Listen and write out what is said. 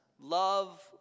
love